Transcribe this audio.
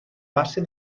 base